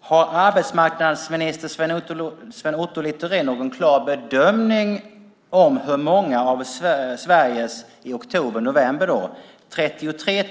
Har arbetsmarknadsminister Sven Otto Littorin någon klar bedömning av hur många av Sveriges i oktober-november 33